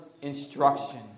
instruction